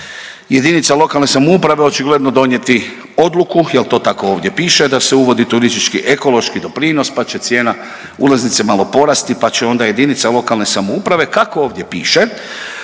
turist i onda će ta JLS očigledno donijeti odluku, jel to tako ovdje piše da se uvodi turistički ekološki doprinos, pa će cijena ulaznice malo porasti, pa će onda JLS, kako ovdje piše,